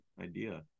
idea